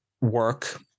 work